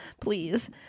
please